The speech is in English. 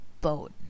boat